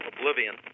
Oblivion